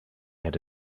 had